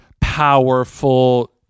powerful